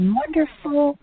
wonderful